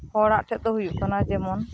ᱦᱚᱲᱟᱜ ᱴᱷᱮᱱ ᱫᱚ ᱦᱳᱭᱳᱜ ᱠᱟᱱᱟ ᱡᱮᱢᱚᱱ